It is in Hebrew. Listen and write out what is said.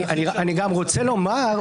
אני רוצה לומר,